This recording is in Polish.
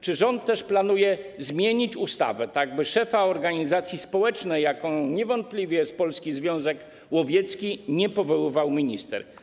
Czy rząd też planuje zmienić ustawę tak, by szefa organizacji społecznej, jaką niewątpliwie jest Polski Związek Łowiecki, nie powoływał minister?